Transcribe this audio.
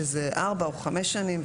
שזה ארבע או חמש שנים.